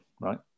right